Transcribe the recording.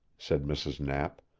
said mrs. knapp.